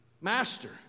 master